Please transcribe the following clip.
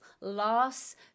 loss